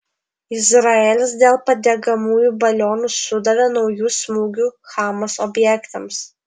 izraelis dėl padegamųjų balionų sudavė naujų smūgių hamas objektams